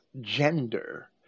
gender